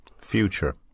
Future